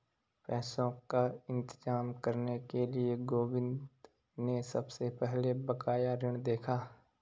पैसों का इंतजाम करने के लिए गोविंद ने सबसे पहले बकाया ऋण देखा